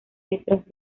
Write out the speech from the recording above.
letras